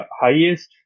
highest